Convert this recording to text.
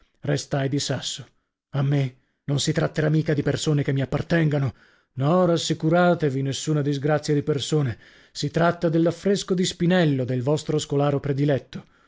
quest'oggi restai di sasso a me non si tratterà mica di persone che mi appartengano no rassicuratevi nessuna disgrazia di persone si tratta dell'affresco di spinello del vostro scolaro prediletto